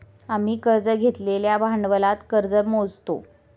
आम्ही कर्ज घेतलेल्या भांडवलात कर्ज मोजतो